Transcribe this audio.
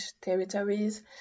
territories